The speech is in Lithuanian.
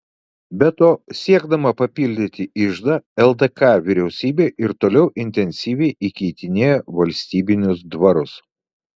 be to siekdama papildyti iždą ldk vyriausybė ir toliau intensyviai įkeitinėjo valstybinius dvarus